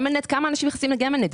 כמה אנשים נכנסים לגמל-נט?